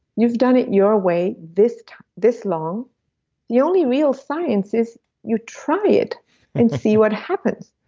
you've done it your way this this long the only real science is you try it and see what happens.